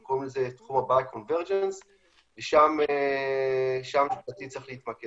אנחנו קוראים לזה תחום ה- -- ושם לפי דעתי צריך להתמקד.